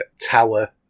tower